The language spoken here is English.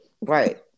Right